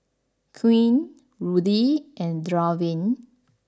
Quinn Ruthie and Draven